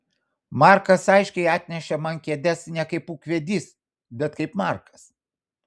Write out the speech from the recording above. markas aiškiai atnešė man kėdes ne kaip ūkvedys bet kaip markas